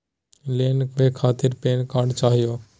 Loan लेवे खातीर PAN card चाहियो?